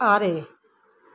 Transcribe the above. ᱟᱨᱮ